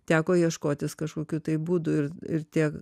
teko ieškotis kažkokių tai būdų ir ir tiek